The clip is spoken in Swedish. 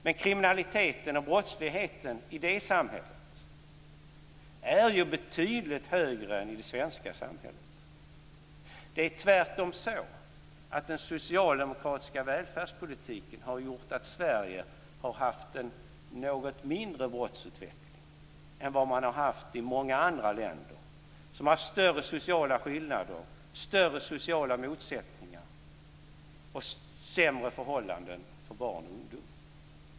Men kriminaliteten och brottsligheten i det samhället är ju betydligt högre än i det svenska samhället. Det är tvärtom så att den socialdemokratiska välfärdspolitiken har gjort att Sverige har haft en något mindre brottsutveckling än vad man har haft i många andra länder som har haft större sociala skillnader, större sociala motsättningar och sämre förhållanden för barn och ungdom.